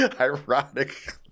ironic